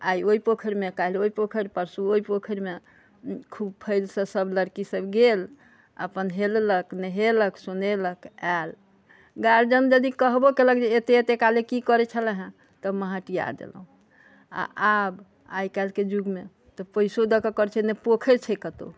आइ ओहि पोखरि कालि ओहि पोखरि परसु ओहि पोखरि मे खूब फ़ैल सँ सब लड़की सब गेल अपन हेललक नहेलक सुनेलक आयल गार्जियन यदि कहबो केलक जे एते एते काले की करै छलाहा तऽ मटिया देलहुॅं आ आब आइकाल्हि के जुग मे त पैसो दए क करै छै नहि पोखरि छै कतौ